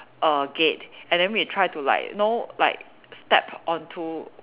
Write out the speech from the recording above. err gate and then we try to like know like step onto